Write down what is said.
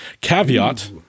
caveat